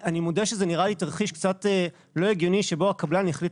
אני מודה שזה נראה לי תרחיש קצת לא הגיוני שבו הקבלן יחליט